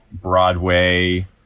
Broadway